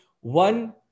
one